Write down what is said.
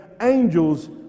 angels